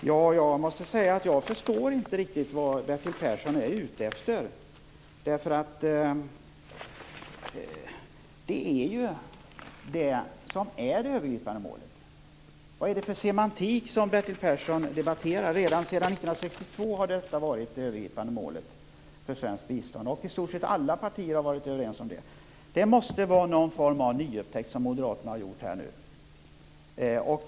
Herr talman! Jag måste säga att jag inte förstår vad Bertil Persson är ute efter. Det är ju detta som är det övergripande målet. Vad är det för semantik som Bertil Persson debatterar? Sedan 1962 har detta varit det övergripande målet för svenskt bistånd. I stort sett alla partier har varit överens om det. Det måste vara någon form av nyupptäckt som Moderaterna nu har gjort.